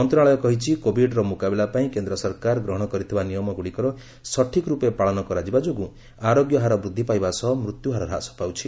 ମନ୍ତ୍ରଣାଳୟ କହିଛି କୋବିଡର ମୁକାବିଲା ପାଇଁ କେନ୍ଦ୍ର ସରକାର ଗ୍ରହଣ କରିଥିବା ନିୟମଗୁଡ଼ିକର ସଠିକ୍ ରୂପେ ପାଳନ କରାଯିବା ଯୋଗୁଁ ଆରୋଗ୍ୟ ହାର ବୃଦ୍ଧି ପାଇବା ସହ ମୃତ୍ୟୁହାର ହ୍ରାସ ପାଉଛି